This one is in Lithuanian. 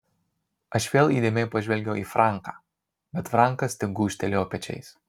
aš vėl įdėmiai pažvelgiau į franką bet frankas tik gūžtelėjo pečiais